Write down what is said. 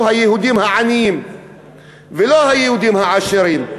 היהודים העניים ולא היהודים העשירים.